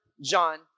John